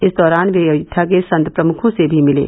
इस दौरान वे अयोध्या के संत प्रमुखों र्स भी मिले